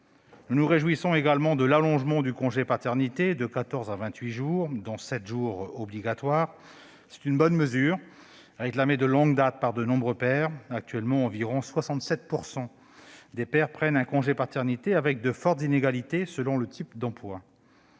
Nous nous réjouissons également de l'allongement du congé de paternité de quatorze à vingt-huit jours, dont sept jours obligatoires. C'est une bonne mesure, réclamée de longue date par de très nombreux pères. Actuellement, environ 67 % des pères prennent un congé paternité, avec de fortes inégalités selon le type d'emploi.